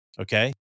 okay